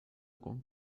con